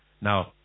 Now